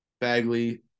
Bagley